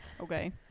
Okay